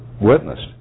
witnessed